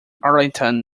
arlington